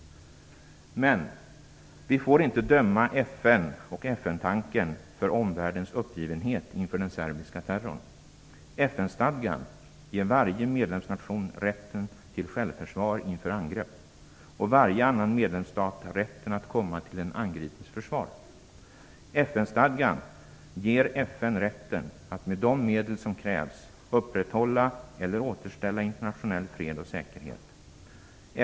Men vi får inte döma FN och FN-tanken för omvärldens uppgivenhet inför den serbiska terrorn. FN stadgan ger varje medlemsnation rätten till självförsvar inför angrepp och varje annan medlemsstat rätten att komma till den angripnes försvar. FN-stadgan ger FN rätten att med de medel som krävs upprätthålla eller återställa internationell fred och säkerhet.